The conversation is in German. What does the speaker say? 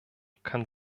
kann